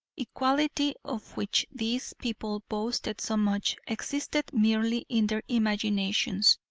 equality, of which these people boasted so much, existed merely in their imaginations.